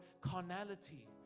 carnality